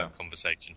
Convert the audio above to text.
conversation